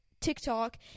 TikTok